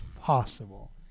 possible